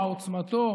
מה עוצמתו,